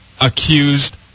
accused